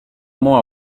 more